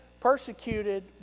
persecuted